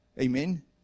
Amen